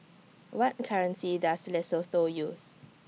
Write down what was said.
What currency Does Lesotho use